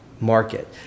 market